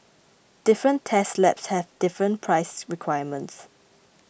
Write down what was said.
different test labs have different price requirements